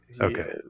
Okay